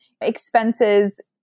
expenses